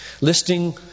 listing